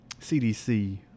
CDC